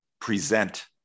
present